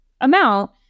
amount